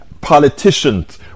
politicians